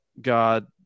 God